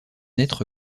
être